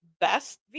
best